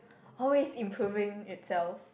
always improving itself